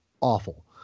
awful